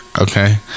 Okay